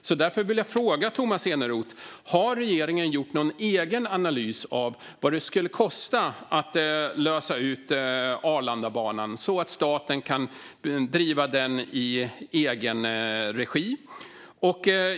Jag vill fråga Tomas Eneroth: Har regeringen gjort någon egen analys av vad det skulle kosta att lösa ut Arlandabanan så att staten kan driva den i egen regi?